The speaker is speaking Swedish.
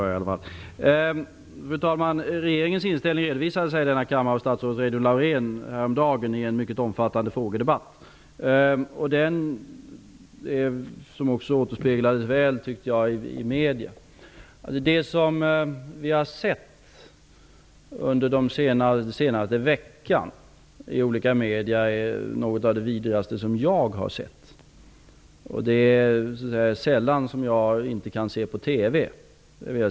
Fru talman! Regeringens inställning redovisades i kammaren av statsrådet Reidunn Laurén häromdagen i en mycket omfattande frågedebatt. Den återspeglades väl också i medierna. Det som vi har sett under den senaste veckan i olika medierna är något av det vidrigaste som jag har sett. Det är sällan som jag inte kan se på TV.